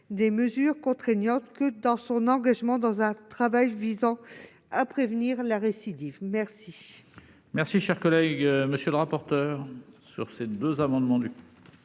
des mesures contraignantes que son engagement dans un travail visant à prévenir la récidive. Quel